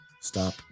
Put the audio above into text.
Stop